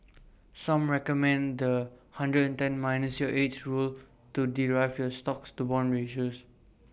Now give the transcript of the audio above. some recommend The One hundred and ten minus your age rule to derive your stocks to bonds ratio